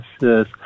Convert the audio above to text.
yes